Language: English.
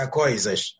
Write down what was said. coisas